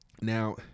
Now